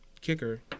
kicker